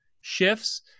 shifts